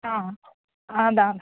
ஆ அதுதான்